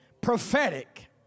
Prophetic